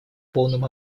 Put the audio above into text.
полном